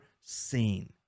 seen